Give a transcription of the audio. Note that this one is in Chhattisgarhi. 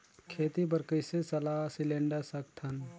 खेती बर कइसे सलाह सिलेंडर सकथन?